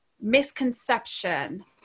misconception